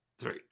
three